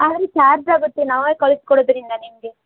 ಆದರು ಚಾರ್ಜ್ ಆಗುತ್ತೆ ನಾವೇ ಕಳಿಸಿಕೊಡೊದ್ರಿಂದ ನಿಮಗೆ